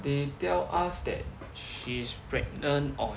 they tell us that she's pregnant or